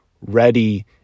ready